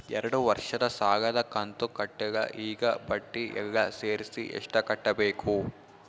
ಎರಡು ವರ್ಷದ ಸಾಲದ ಕಂತು ಕಟ್ಟಿಲ ಈಗ ಬಡ್ಡಿ ಎಲ್ಲಾ ಸೇರಿಸಿ ಎಷ್ಟ ಕಟ್ಟಬೇಕು?